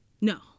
No